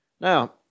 Now